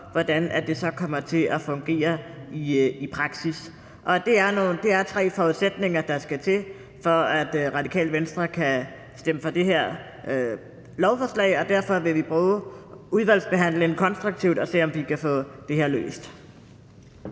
hvordan det så kommer til at fungere i praksis. Det er tre forudsætninger, der skal til, for at Radikale Venstre kan stemme for det her lovforslag, og derfor vil vi bruge udvalgsbehandlingen konstruktivt og se, om vi kan få det her løst.